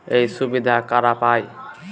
এই সুবিধা কারা পায়?